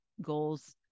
goals